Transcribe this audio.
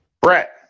Brett